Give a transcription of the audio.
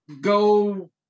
go